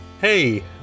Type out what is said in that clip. hey